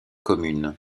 commune